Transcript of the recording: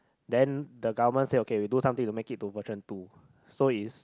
then the government say okay we do something to make it into version two so is